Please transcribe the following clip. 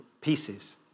pieces